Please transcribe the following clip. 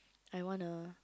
I want a